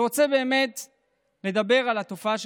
אדוני